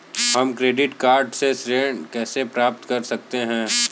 हम credit card से ऋण कैसे प्राप्त कर सकते हैं?